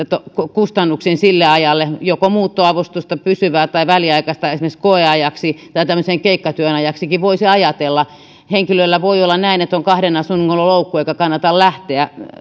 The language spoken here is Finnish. kustannuksiin sille ajalle muuttoavustusta joko pysyvää tai väliaikaista esimerkiksi koeajaksi tai tämmöisen keikkatyön ajaksikin voisi ajatella voi olla näin että henkilöllä on kahden asunnon loukku eikä kannata lähteä